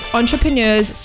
entrepreneurs